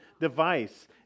device